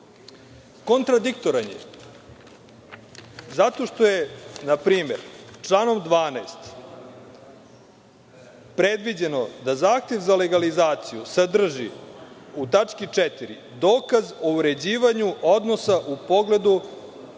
periodu. Kontradiktoran je zato što je npr. članom 12 predviđeno da zahtev za legalizaciju sadrži u tački 4. dokaz o uređivanju odnosa u pogledu